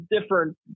different